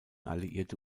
alliierte